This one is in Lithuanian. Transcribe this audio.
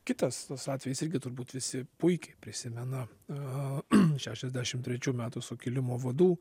kitas toks atvejis irgi turbūt visi puikiai prisimena aaa šešiasdešim trečių metų sukilimo vadų